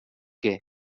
que